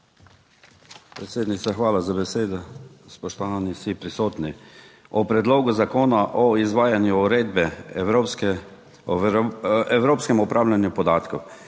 Predsednica, hvala za besedo. Spoštovani vsi prisotni! O Predlogu zakona o izvajanju uredbe ES o evropskem upravljanju podatkov,